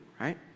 right